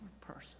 person